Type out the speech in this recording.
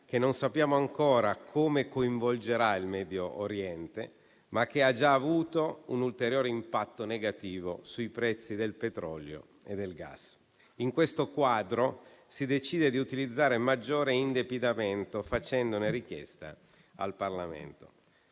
che non sappiamo ancora come coinvolgerà il Medio Oriente, ma che ha già avuto un ulteriore impatto negativo sui prezzi del petrolio e del gas. In questo quadro si decide di utilizzare maggiore indebitamento, facendone richiesta al Parlamento,